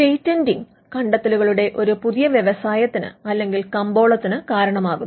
patenting കണ്ടെത്തലുകളുടെ ഒരു പുതിയ വ്യവസായത്തിന് അല്ലെങ്കിൽ കമ്പോളത്തിന് കാരണമാകുന്നു